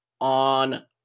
on